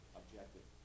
objective